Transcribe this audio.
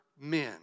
men